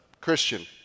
Christian